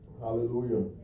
Hallelujah